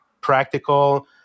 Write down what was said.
practical